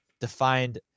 defined